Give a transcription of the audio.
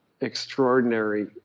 extraordinary